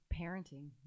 parenting